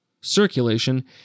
circulation